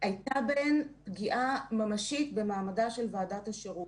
הייתה בהן פגיעה ממשית במעמדה של ועדת השירות.